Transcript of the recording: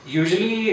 usually